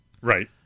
right